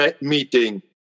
meeting